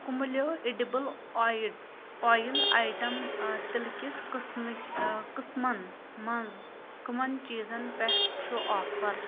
کملیو edible اویِٹ اویِل item تِلٕکِس قٕسمٕکۍ قٕسمن مَنٛز کَمَن چیٖزن پٮ۪ٹھ چھُ آفر